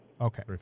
Okay